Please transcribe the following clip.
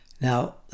Now